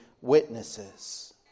witnesses